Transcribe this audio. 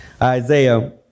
Isaiah